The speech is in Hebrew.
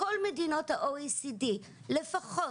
בכל מדינות ה- OECD לפחות,